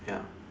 ya